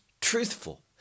truthful